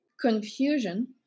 confusion